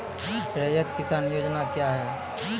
रैयत किसान योजना क्या हैं?